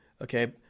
Okay